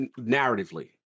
narratively